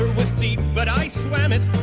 was deep but i swam it